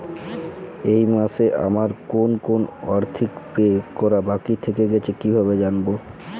এই মাসে আমার কোন কোন আর্থিক বিল পে করা বাকী থেকে গেছে কীভাবে জানব?